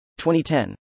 2010